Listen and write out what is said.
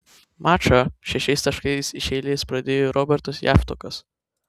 mačą šešiais taškais iš eilės pradėjo robertas javtokas